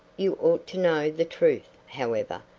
you ought to know the truth, however,